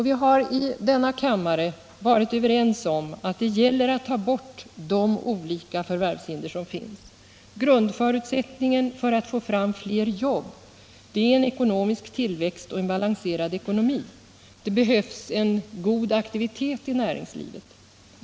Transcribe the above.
Vi har i denna kammare varit överens om att det gäller att ta bort de olika förvärvshinder som finns. Grundförutsättningen för att få fram fler jobb är en ekonomisk tillväxt och en balanserad ekonomi. Det behövs en god aktivitet i näringslivet.